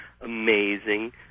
amazing